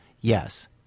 yes